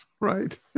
right